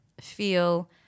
feel